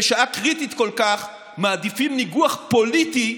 שבשעה קריטית כל כך מעדיפים ניגוח פוליטי,